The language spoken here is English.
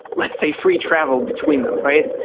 let's say, free travel between them, right?